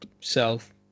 self